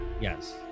Yes